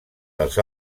dels